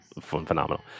phenomenal